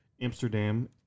Amsterdam